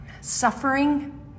suffering